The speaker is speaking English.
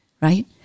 right